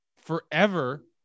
forever